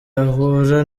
ahura